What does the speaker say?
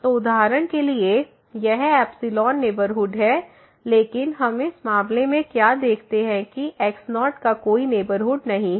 तो उदाहरण के लिए यह नेबरहुड है लेकिन हम इस मामले में क्या देखते हैं कि x0 का कोई नेबरहुड नहीं है